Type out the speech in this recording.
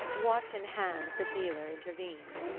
watch in hand, the dealer intervened.